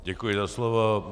Děkuji za slovo.